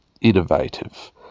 innovative